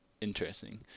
interesting